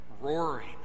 roaring